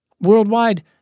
Worldwide